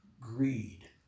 greed